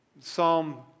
Psalm